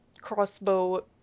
crossbow